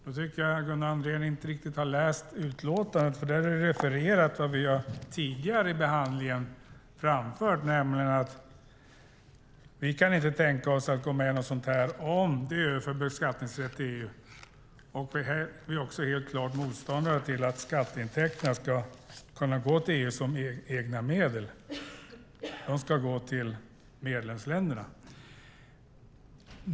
Då tycker jag att Gunnar Andrén inte riktigt har läst utlåtandet, för där är det refererat vad vi har framfört tidigare i behandlingen, nämligen att vi inte kan tänka oss att gå med i någonting sådant här om det överför beskattningsrätt till EU. Vi är också helt klart motståndare till att skatteintäkterna ska kunna gå till EU som egna medel, utan de ska gå till medlemsländerna.